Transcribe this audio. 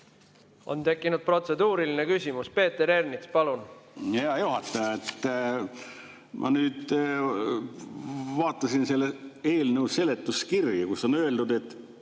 On tekkinud protseduuriline küsimus. Peeter Ernits, palun! Hea juhataja! Ma nüüd vaatasin selle eelnõu seletuskirja, kus on öeldud, et